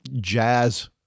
jazz